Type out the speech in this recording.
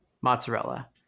mozzarella